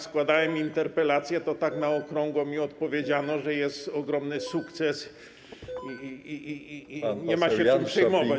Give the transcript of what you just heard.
Składałem interpelację, to tak na okrągło mi odpowiedziano, że jest ogromny sukces i nie ma się czym przejmować.